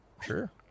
Sure